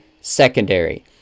secondary